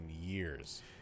years